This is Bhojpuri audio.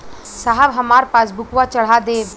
साहब हमार पासबुकवा चढ़ा देब?